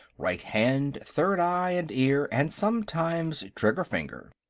right hand, third eye and ear, and, sometimes, trigger-finger.